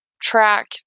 track